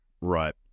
Right